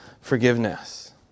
forgiveness